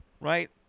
right